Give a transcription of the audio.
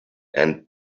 and